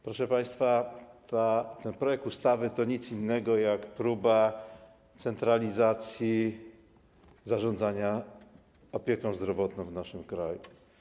Proszę państwa, ten projekt ustawy to nic innego jak próba centralizacji zarządzania opieką zdrowotną w naszym kraju.